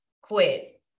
quit